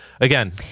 again